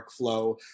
workflow